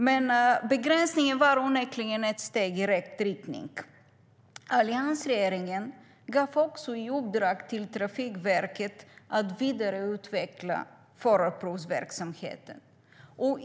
Men begränsningen var onekligen ett steg i rätt riktning. Alliansregeringen gav Trafikverket i uppdrag att vidareutveckla förarprovsverksamheten.